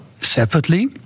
separately